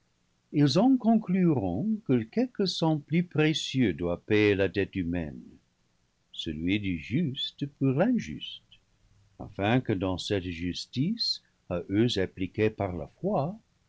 ils en concluront que quelque sang plus précieux doit payer la dette humaine celui du juste pour l'injuste afin que dans cette justice à eux appliquée par la foi